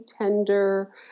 tender